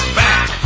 back